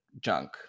junk